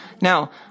Now